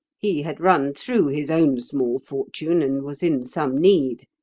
he had run through his own small fortune and was in some need.